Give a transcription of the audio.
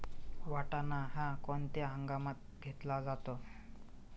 वाटाणा हा कोणत्या हंगामात घेतला जातो?